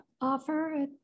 offer